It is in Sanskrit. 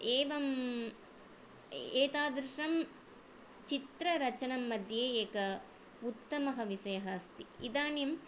एवम् एतादृशं चित्ररचनं मध्ये एकः उत्तमः विषयः अस्ति इदानीं